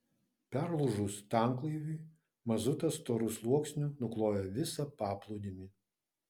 perlūžus tanklaiviui mazutas storu sluoksniu nuklojo visą paplūdimį